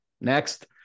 next